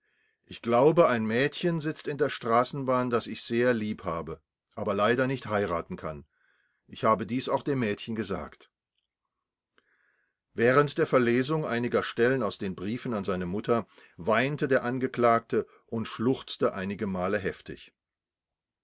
ich glaube ein mädchen sitzt in der straßenbahn das ich sehr lieb habe aber leider nicht heiraten kann ich habe dies auch dem mädchen gesagt während der verlesung einiger stellen aus den briefen an seine mutter weinte der angeklagte und schluchzte einige male heftig